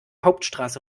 hauptstraße